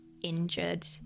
injured